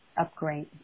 upgrade